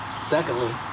Secondly